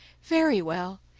very well.